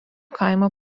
kaimo